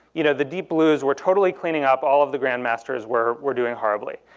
you know the deep blues were totally cleaning up all of the grand masters were were doing horribly.